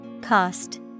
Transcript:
Cost